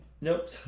Nope